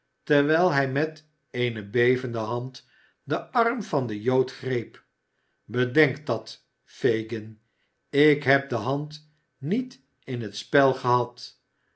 terwijl hij met eene bevende hand den arm van den jood greep bedenk dat fagin ik heb de hand niet in t spel gehad